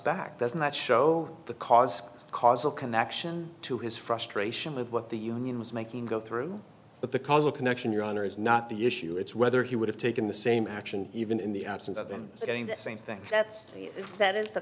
back doesn't that show the cause causal connection to his frustration with what the union was making go through but the causal connection your honor is not the issue it's whether he would have taken the same action even in the absence of them getting the same thing